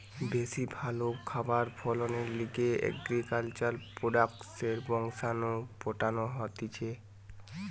বেশি ভালো খাবার ফলনের লিগে এগ্রিকালচার প্রোডাক্টসের বংশাণু পাল্টানো হতিছে